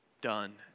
done